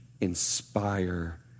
inspire